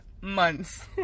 months